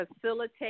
Facilitate